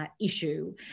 issue